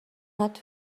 hat